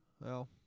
Well-